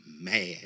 mad